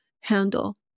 handle